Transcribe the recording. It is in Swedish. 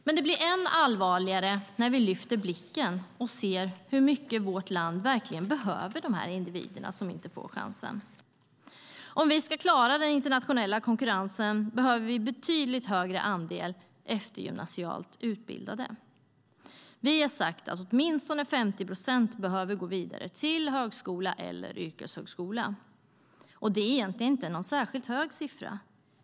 Men det blir än allvarligare när vi lyfter blicken och ser hur mycket vårt land verkligen behöver de där individerna som inte får chansen. Om vi ska klara den internationella konkurrensen behöver vi en betydligt högre andel eftergymnasialt utbildade. Vi har sagt att åtminstone 50 procent behöver gå vidare till högskola eller yrkeshögskola. Det är egentligen inte någon särskilt hög siffra.